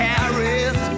Paris